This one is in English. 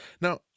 Now